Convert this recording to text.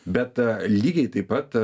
bet lygiai taip pat